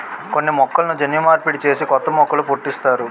కొన్ని మొక్కలను జన్యు మార్పిడి చేసి కొత్త మొక్కలు పుట్టిస్తారు